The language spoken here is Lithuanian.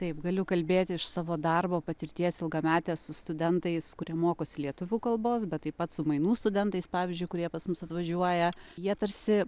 taip galiu kalbėti iš savo darbo patirties ilgametės su studentais kurie mokosi lietuvių kalbos bet taip pat su mainų studentais pavyzdžiui kurie pas mus atvažiuoja jie tarsi